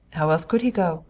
how else could he go?